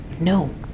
No